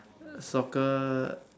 soccer